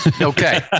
Okay